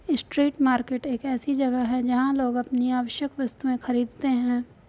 street market एक ऐसी जगह है जहां लोग अपनी आवश्यक वस्तुएं खरीदते हैं